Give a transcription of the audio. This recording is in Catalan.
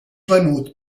venut